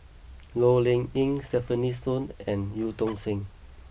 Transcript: Low Yen Ling Stefanie Sun and Eu Tong Sen